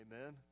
amen